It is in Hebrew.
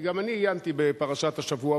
גם אני עיינתי בפרשת השבוע,